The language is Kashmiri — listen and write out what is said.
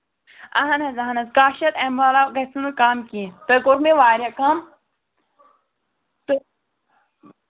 اَہن حظ اَہن حظ کَہہ شَتھ اَمہِ علاوٕ گژھِوٕ نہٕ کَم کیٚنہہ تۄہہِ کورُو مےٚ واریاہ کَم تہٕ